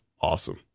awesome